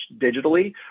digitally